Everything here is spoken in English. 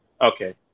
Okay